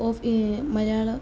ഓഫീ മലയാള